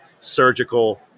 surgical